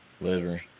Liver